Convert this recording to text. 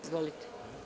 Izvolite.